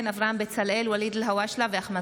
ארבעה נגד, אין נמנעים.